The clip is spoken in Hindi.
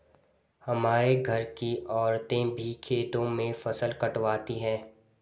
हमारे घर की औरतें भी खेतों में फसल कटवाती हैं